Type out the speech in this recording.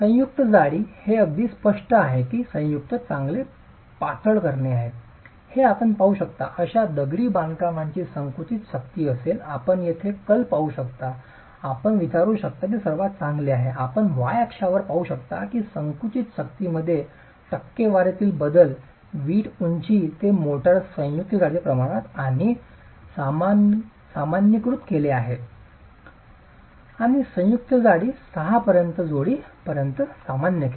संयुक्त जाडी हे अगदी स्पष्ट आहे की संयुक्त चांगले पातळ करणे हे आपण पाहू शकता अशा दगडी बांधकामांची संकुचित शक्ती असेल आपण येथे कल पाहू शकता आपण विचारू शकता हे सर्वात चांगले आहे आपण y अक्षावर पाहू शकता की संकुचित शक्तीमध्ये टक्केवारीतील बदल वीट उंची ते मोर्टार संयुक्त जाडीच्या प्रमाणात आणि ते सामान्यीकृत केले जाते आणि संयुक्त जाडी 6 पर्यंत जाडी पर्यंत सामान्य केले